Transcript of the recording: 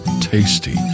tasty